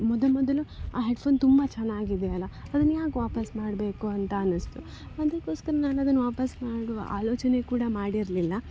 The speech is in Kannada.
ಮೊದ ಮೊದಲು ಆ ಹೆಡ್ಫೋನ್ ತುಂಬ ಚೆನ್ನಾಗಿದೆ ಅಲ್ಲಾ ಅದನ್ಯಾಕೆ ವಾಪಸ್ಸು ಮಾಡಬೇಕು ಅಂತ ಅನಿಸ್ತು ಅದಕ್ಕೋಸ್ಕರ ನಾನದನ್ನು ವಾಪಸ್ಸು ಮಾಡುವ ಆಲೋಚನೆ ಕೂಡ ಮಾಡಿರಲಿಲ್ಲ